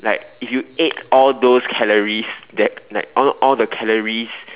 like if you ate all those calories that like all all the calories